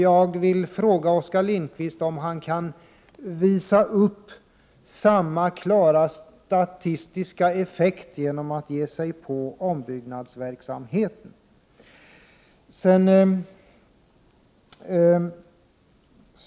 Jag vill fråga Oskar Lindkvist om han kan uppnå samma klara effekt statistiskt genom att ge sig på ombyggnadsverksamheten.